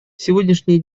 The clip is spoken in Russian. сегодняшний